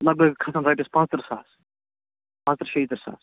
یِم حظ کھسَن رۄپیَس پانٛژترٕٛہ ساس پانٛژترٕٛہ شیٚیہِ ترٕٛہ ساس